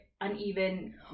uneven